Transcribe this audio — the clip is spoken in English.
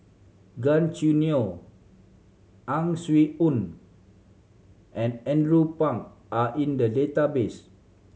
Gan Choo Neo Ang Swee Aun and Andrew Phang are in the database